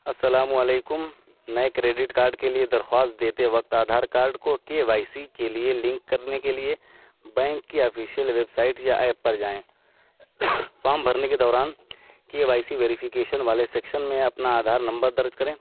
السلام علیکم نئے کریڈٹ کارڈ کے لیے درخواست دیتے وقت آدھار کارڈ کو کے وائی سی کے لیے لنک کرنے کے لیے بینک کی آفیشیل ویب سائٹ یا ایپ پر جائیں فارم بھرنے کے دوران کے وائی سی ویریفیکیشن والے سیکشن میں اپنا آدھار نمبر درج کریں